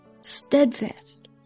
Steadfast